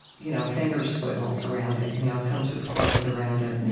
you know finger squiggles around it, you know comes with quotes around it,